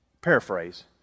paraphrase